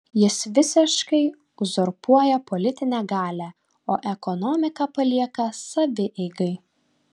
jis visiškai uzurpuoja politinę galią o ekonomiką palieka savieigai